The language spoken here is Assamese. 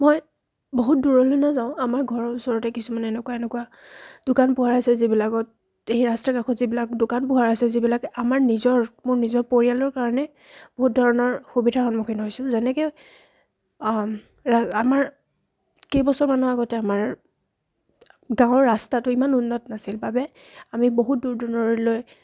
মই বহুত দূৰলৈ নাযাওঁ আমাৰ ঘৰৰ ওচৰতে কিছুমান এনেকুৱা এনেকুৱা দোকান পোহাৰ আছে যিবিলাকত সেই ৰাস্তাৰ কাষত যিবিলাক দোকান পোহাৰ আছে যিবিলাক আমাৰ নিজৰ মোৰ নিজৰ পৰিয়ালৰ কাৰণে বহুত ধৰণৰ সুবিধাৰ সন্মুখীন হৈছিল যেনেকৈ ৰা আমাৰ কেইবছৰমানৰ আগতে আমাৰ গাঁৱৰ ৰাস্তাটো ইমান উন্নত নাছিল বাবে আমি বহুত দূৰ দূৰণিলৈ